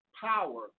power